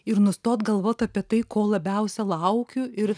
ir nustot galvot apie tai ko labiausia laukiu ir